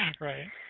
Right